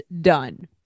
done